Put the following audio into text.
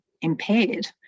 impaired